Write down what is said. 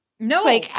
No